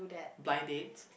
blind dates